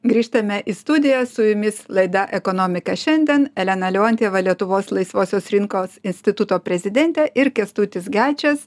grįžtame į studiją su jumis laida ekonomika šiandien elena leontjeva lietuvos laisvosios rinkos instituto prezidentė ir kęstutis gečas